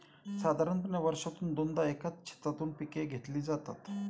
साधारणपणे वर्षातून दोनदा एकाच शेतातून पिके घेतली जातात